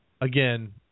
again